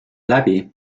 läbi